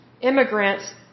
immigrants